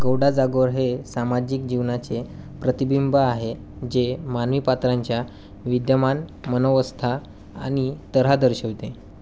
गौडा जागोर हे सामाजिक जीवनाचे प्रतिबिंब आहे जे मानवी पात्रांच्या विद्यमान मनोवस्था आणि तऱ्हा दर्शवते